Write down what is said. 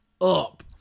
up